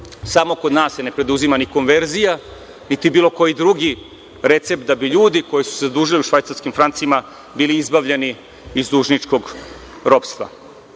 samo kod nas se ne preduzima ni konverzija, niti bilo koji drugi recept da bi ljudi koji su se zadužili u švajcarskim francima bili izbavljeni iz dužničkog